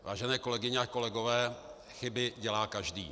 Vážené kolegyně a kolegové, chyby dělá každý.